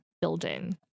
building